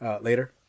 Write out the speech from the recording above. Later